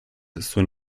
zuen